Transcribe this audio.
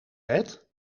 bed